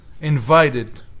invited